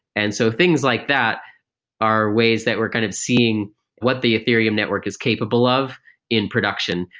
and so things like that are ways that we're kind of seeing what the ethereum network is capable of in production,